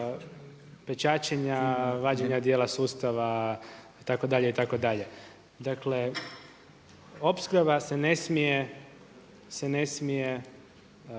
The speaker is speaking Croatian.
pečaćenja vađenja dijela sustava itd., itd. Dakle, opskrba se ne smije onemogućiti,